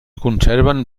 conserven